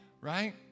right